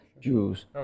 Jews